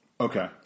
Okay